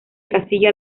castilla